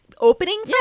opening